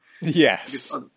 yes